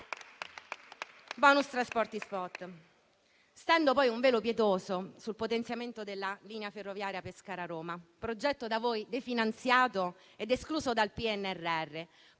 *Bonus* trasporti *spot.* Stendo poi un velo pietoso sul potenziamento della linea ferroviaria Pescara-Roma, progetto da voi definanziato ed escluso dal PNRR.